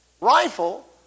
Rifle